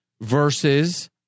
versus